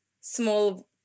small